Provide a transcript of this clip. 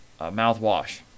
mouthwash